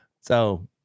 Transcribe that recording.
So-